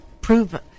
prove